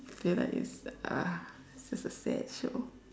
feel like it's like ah just a bad show